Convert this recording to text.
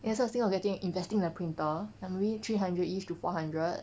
ya so I was thinking of getting investing in a printer like maybe three hundred ish to four hundred